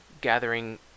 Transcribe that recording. gathering